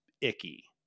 icky